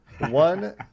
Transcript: One